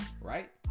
right